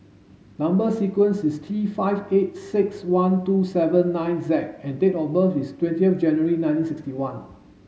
number sequence is T five eight six one two seven nine Z and date of birth is twenty of January nineteen sixty one